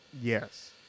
yes